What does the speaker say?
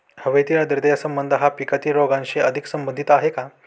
हवेतील आर्द्रतेचा संबंध हा पिकातील रोगांशी अधिक संबंधित आहे का?